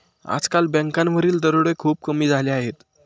आजकाल बँकांवरील दरोडे खूप कमी झाले आहेत